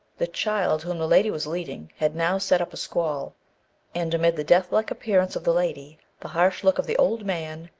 the child whom the lady was leading, had now set up a squall and amid the death-like appearance of the lady, the harsh look of the old man,